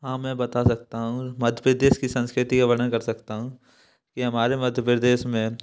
हाँ मैं बता सकता हूँ मध्य प्रदेश की संस्कृति का वर्णन कर सकता हूँ कि हमारे मध्य प्रदेश में